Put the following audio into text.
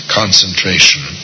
concentration